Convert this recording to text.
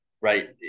right